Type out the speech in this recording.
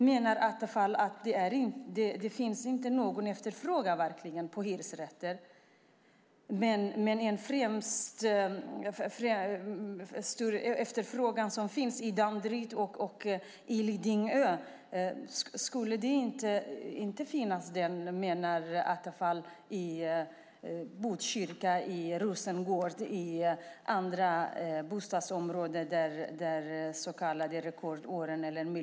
Menar Attefall att det inte finns någon efterfrågan på hyresrätter, men att det finns en stor efterfrågan på dessa tjänster hos människor som bor i Danderyd och på Lidingö? Menar Attefall att denna efterfrågan inte skulle finnas i Botkyrka, Rosengård eller andra miljonprogramsområden från de så kallade rekordåren?